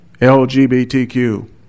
LGBTQ